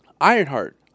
Ironheart